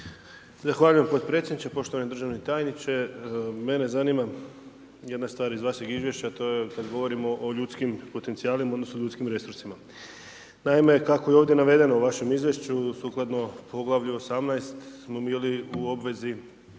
Zahvaljujem potpredsjedniče. Poštovani Državni tajniče, mene zanima jedna stvar iz vašeg Izvješća to je kad govorimo o ljudskim potencijalima odnosno ljudskim resursima. Naime, kako je ovdje navedeno u vašem Izvješću sukladno poglavlju 18. smo bili u obvezi